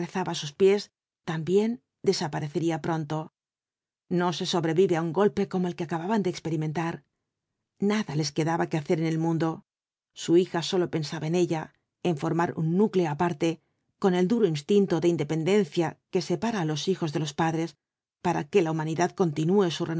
á sus pies también desaparecería pronto no se sobrevive á un golpe como el que acababan de experimentar nada les quedaba que hacer en el mundo su hija sólo pensaba en ella en formar un núcleo aparte con el duro instinto de independencia que separa á los hijos de los padres para que la humanidad continúe su